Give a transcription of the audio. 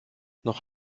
noch